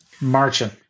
Marching